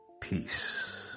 Peace